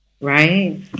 right